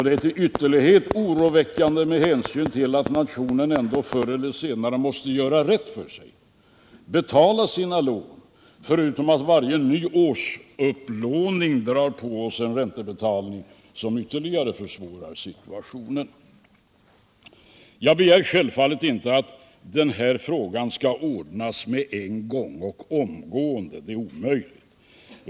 Det är till ytterlighet oroväckande med hänsyn till att nationen förr eller senare måste göra rätt för sig och betala sina lån, förutom att varje ny årsupplåning drar på oss en räntebetalning som ytterligare försvårar situationen. Jag begär självfallet inte att den här frågan skall ordnas genast. Det är omöjligt.